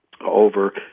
over